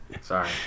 Sorry